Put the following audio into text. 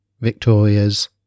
victorias